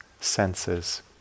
senses